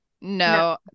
no